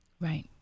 Right